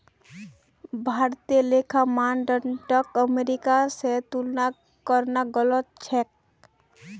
भारतीय लेखा मानदंडक अमेरिका स तुलना करना गलत छेक